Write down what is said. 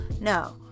No